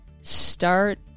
start